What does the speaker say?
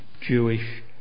Jewish